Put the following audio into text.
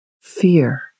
fear